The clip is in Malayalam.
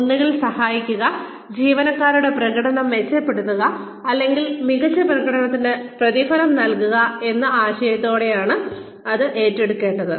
ഒന്നുകിൽ സഹായിക്കുക ജീവനക്കാരുടെ പ്രകടനം മെച്ചപ്പെടുത്തുക അല്ലെങ്കിൽ മികച്ച പ്രകടനത്തിന് പ്രതിഫലം നൽകുക എന്ന ആശയത്തോടെയാണ് ഇത് ഏറ്റെടുക്കേണ്ടത്